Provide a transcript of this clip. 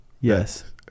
Yes